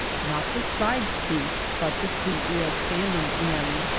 not the side street, but the street we are standing in.